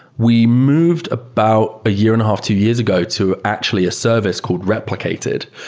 we moved about a year and a half, two years ago, to actually a service code replicated.